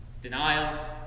Denials